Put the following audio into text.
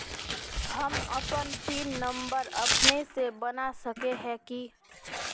हम अपन pin number अपने से बना सके है की?